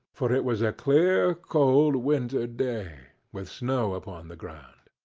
for it was a clear, cold, winter day, with snow upon the ground.